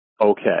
okay